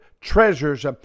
treasures